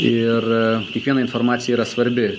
ir kiekviena informacija yra svarbi